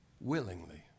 willingly